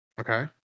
Okay